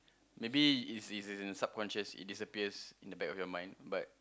maybe it's it's in the subconscious it disappears in the back of your mind but